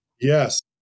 Yes